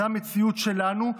זו המציאות שלנו,